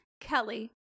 Kelly